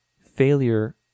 Failure